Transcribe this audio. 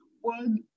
one